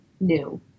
new